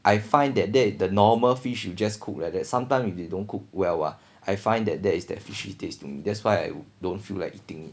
I find that that the normal fish you just cook like that sometime if they don't cook well I find that there is that fishy taste to me that's why I don't feel like eating it